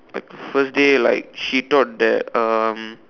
like first day like she thought that um